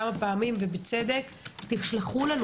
יוליה אמרה כמה פעמים, ובצדק: תשלחו לנו